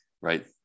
right